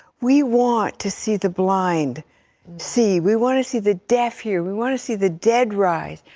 we want to see the blind see, we want to see the deaf hear, we want to see the dead rise.